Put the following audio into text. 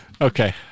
Okay